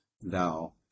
thou